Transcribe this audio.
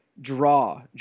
draw